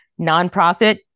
nonprofit